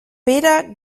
pere